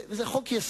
אומנם זה חוק-יסוד,